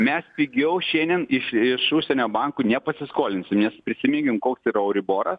mes pigiau šiandien iš iš užsienio bankų nepasiskolinsim nes prisiminkim koks yra euriboras